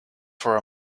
for